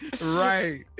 Right